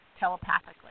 telepathically